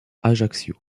ajaccio